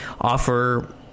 offer